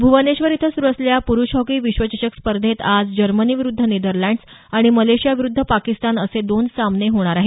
भुवनेश्वर इथं सुरु असलेल्या पुरुष हॉकी स्पर्धेत आज जर्मनी विरुद्ध नेदरलँड्स आणि मलेशिया विरुद्ध पाकिस्तान असे दोन सामने होणार आहे